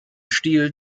stiel